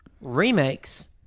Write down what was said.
remakes